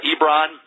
Ebron